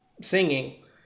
singing